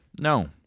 No